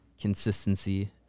consistency